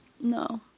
no